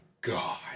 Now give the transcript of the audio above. god